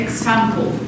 Example